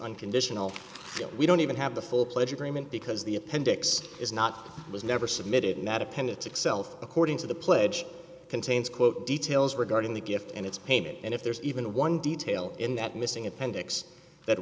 unconditional you know we don't even have the full pledge agreement because the appendix is not it was never submitted not appended to self according to the pledge contains quote details regarding the gift and it's payment and if there's even one detail in that missing appendix that